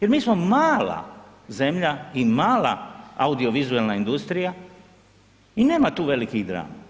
jer mi smo mala zemlja i mala audiovizualna industrija i nema tu velikih drama.